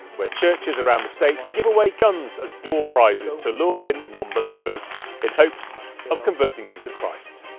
where churches around the state give away guns as door prizes to lure in nonbelievers in hopes of converting them to christ.